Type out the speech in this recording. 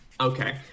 okay